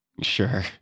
Sure